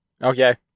Okay